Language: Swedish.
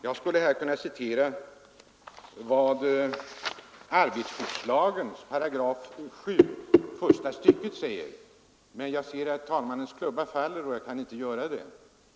Jag skulle här velat citera 7 § första stycket arbetarskyddslagen, men jag ser att talmannens klubba faller, så jag kan inte göra det.